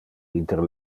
inter